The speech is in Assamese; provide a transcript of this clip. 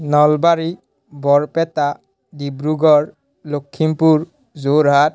নলবাৰী বৰপেটা ডিব্ৰুগড় লক্ষীমপুৰ যোৰহাট